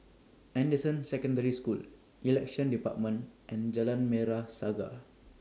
Anderson Secondary School Elections department and Jalan Merah Saga